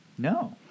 No